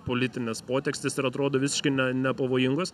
politinės potekstės ir atrodo visiškai ne nepavojingos